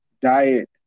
diet